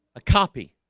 a copy